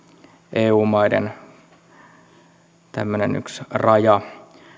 eu maiden yksi raja